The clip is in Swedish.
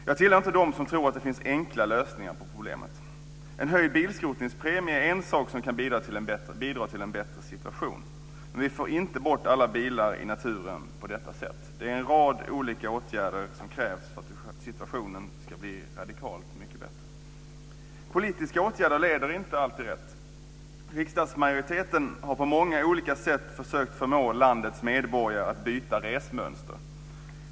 Jag tillhör inte dem som tror att det finns enkla lösningar på problemet. En höjd bilskrotningspremie är en sak som kan bidra till en bättre situation, men vi får inte bort alla bilar i naturen på detta sätt. Det är en rad olika åtgärder som krävs för att situationen ska bli radikalt mycket bättre. Politiska åtgärder leder inte alltid rätt. Riksdagsmajoriteten har på många olika sätt försökt förmå landets medborgare att byta resmönster.